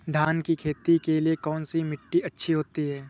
धान की खेती के लिए कौनसी मिट्टी अच्छी होती है?